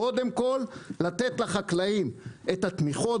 קודם כל לתת לחקלאים את התמיכות,